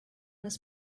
this